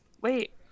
Wait